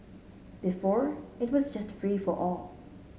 before it was just free for all